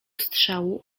strzału